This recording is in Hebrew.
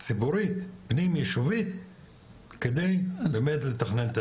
ציבורית פנים יישובית כדי באמת לתכנן.